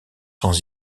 sans